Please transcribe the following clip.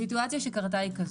הסיטואציה שקרתה היא כזו: